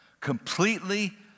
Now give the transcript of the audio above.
Completely